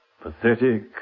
Pathetic